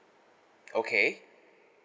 okay